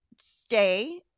stay